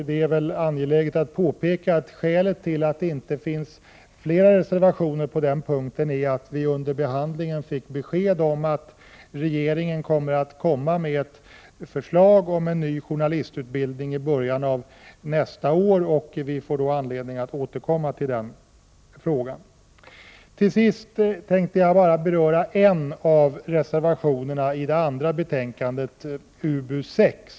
Det kan vara angeläget att påpeka att skälet till att det inte finns fler reservationer på den punkten är att vi under behandlingen av frågan fick besked om att regeringen i början av nästa år kommer att lägga fram ett förslag om en ny journalistutbildning. Vi får då alltså anledning att återkomma till denna fråga. Till sist vill jag beröra en av reservationerna i det andra betänkandet, dvs. i utbildningsutskottets betänkande 6.